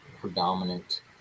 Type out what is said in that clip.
predominant